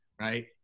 right